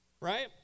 Right